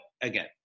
again